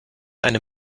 eine